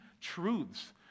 truths